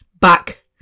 back